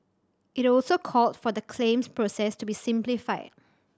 it also called for the claims process to be simplified